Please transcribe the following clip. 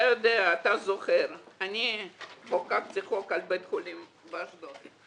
אתה זוכר שאני חוקקתי חוק על בית חולים באשדוד.